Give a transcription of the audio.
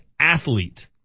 athlete